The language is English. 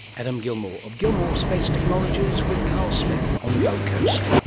adam gilmour of gilmour space technologies, with carl smith, on the gold coast,